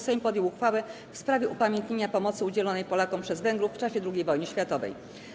Sejm podjął uchwałę w sprawie upamiętnienia pomocy udzielonej Polakom przez Węgrów w czasie II wojny światowej.